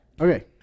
okay